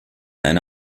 eine